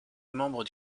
membres